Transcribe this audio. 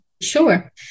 Sure